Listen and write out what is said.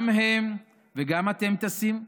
גם הם וגם אתם טסים.